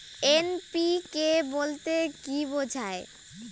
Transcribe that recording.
NPK বলতে কী বোঝায়?